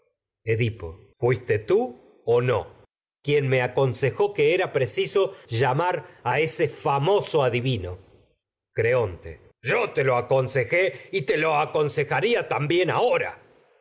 edipo fuiste tú a ese o no quien me aconsejó que era preciso llamar creonte también edipo famoso adivino lo yo te aconsejó y te lo aconsejaría ahora